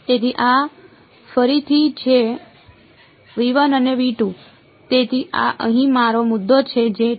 તેથી આ ફરીથી છે અને તેથી આ અહીં મારો મુદ્દો છે જે છે